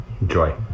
Enjoy